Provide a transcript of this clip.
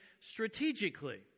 strategically